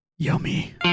Yummy